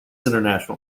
international